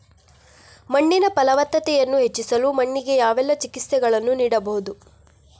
ಮಣ್ಣಿನ ಫಲವತ್ತತೆಯನ್ನು ಹೆಚ್ಚಿಸಲು ಮಣ್ಣಿಗೆ ಯಾವೆಲ್ಲಾ ಚಿಕಿತ್ಸೆಗಳನ್ನು ನೀಡಬಹುದು?